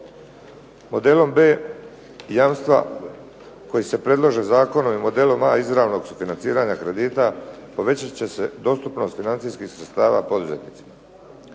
Modelom B jamstva koji se predlaže zakonom i modelom A izravnog sufinanciranja kredita povećat će se dostupnost financijskih sredstava poduzetnicima.